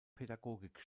pädagogik